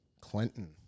Clinton